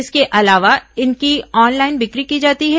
इसके अलावा इनकी ऑनलाइन बिक्री की जाती है